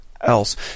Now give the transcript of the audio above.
else